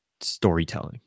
storytelling